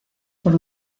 por